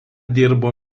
dirbo